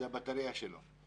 זאת הבטרייה של הטלפון שלו.